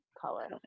color